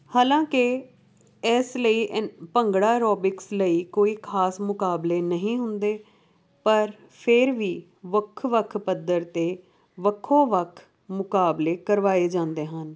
ਹਾਲਾਂਕਿ ਐਸ ਲਈ ਐਨ ਭੰਗੜਾ ਐਰੋਬਿਕਸ ਲਈ ਕੋਈ ਖਾਸ ਮੁਕਾਬਲੇ ਨਹੀਂ ਹੁੰਦੇ ਪਰ ਫਿਰ ਵੀ ਵੱਖ ਵੱਖ ਪੱਧਰ 'ਤੇ ਵੱਖੋ ਵੱਖ ਮੁਕਾਬਲੇ ਕਰਵਾਏ ਜਾਂਦੇ ਹਨ